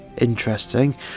interesting